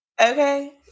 Okay